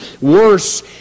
worse